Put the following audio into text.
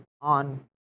on